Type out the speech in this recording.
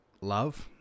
love